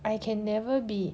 I can never be